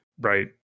Right